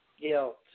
Guilt